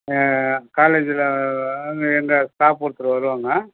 காலேஜில் எங்கள் ஸ்டாஃப் ஒருத்தர் வருவாங்க